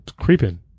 creeping